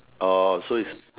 orh so is